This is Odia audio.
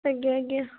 ଆଜ୍ଞା ଆଜ୍ଞା